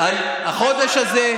החודש הזה,